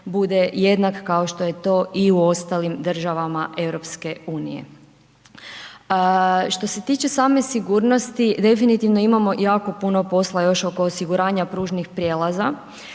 bude jednak kao što je to i u ostalim državama EU-a. Što se tiče same sigurnosti, definitivno imamo jako puno posla još oko osiguranja pružnih prijelaza